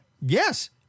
Yes